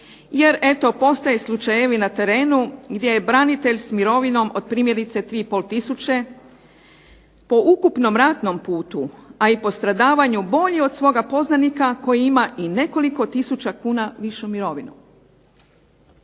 jer eto postoje slučajevi na terenu gdje je branitelj s mirovinom od primjerice 3,500 po ukupnom ratnom putu, a i po stradavanju bolji od svoga poznanika koji ima i nekoliko tisuća kuna višu mirovinu.